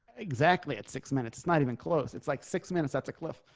exactly at six minutes. not even close. it's like six minutes. that's a cliff.